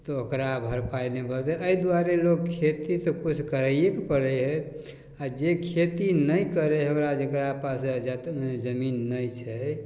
तऽ ओकरा भरपाइ नहि भऽ एहि दुआरे लोक खेती तऽ किछु करैएके पड़ै हइ आओर जे खेती नहि करै हइ ओकरा जकरा पास जतेक जमीन नहि छै